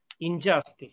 Injustice